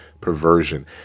perversion